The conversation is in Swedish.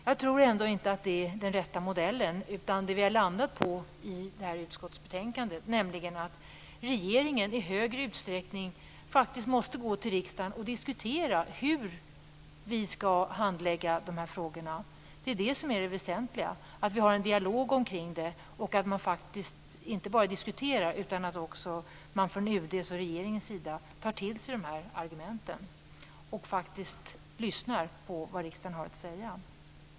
Jag tror ändå inte att det är den rätta modellen. Det vi har landat på i det här utskottsbetänkandet är att regeringen i större utsträckning faktiskt måste gå till riksdagen och diskutera hur vi skall handlägga de här frågorna. Det är det som är det väsentliga; att vi har en dialog omkring det här. Det är viktigt att man inte bara diskuterar, utan att man från UD:s och regeringens sida faktiskt också tar till sig de här argumenten och lyssnar på vad riksdagen har att säga.